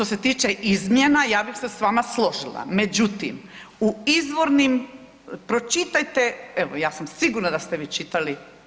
Ja što se tiče izmjena ja bih se sa vama složila, međutim u izvornim, pročitajte, evo ja sam sigurna da ste vi čitali.